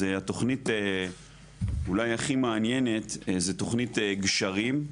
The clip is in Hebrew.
אז התוכנית אולי הכי מעניינת זו תכנית גשרים.